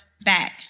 back